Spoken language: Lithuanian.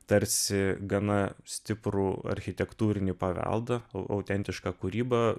tarsi gana stiprų architektūrinį paveldą autentišką kūrybą